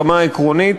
ברמה העקרונית,